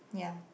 yeah